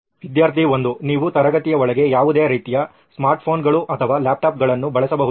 ವಿದ್ಯಾರ್ಥಿ 1 ನೀವು ತರಗತಿಯ ಒಳಗೆ ಯಾವುದೇ ರೀತಿಯ ಸ್ಮಾರ್ಟ್ಫೋನ್ಗಳು ಅಥವಾ ಲ್ಯಾಪ್ಟಾಪ್ಗಳನ್ನು ಬಳಸಬಹುದೆ